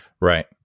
Right